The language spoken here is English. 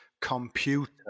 computer